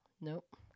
Nope